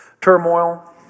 turmoil